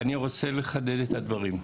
אני רוצה לחדד את הדברים,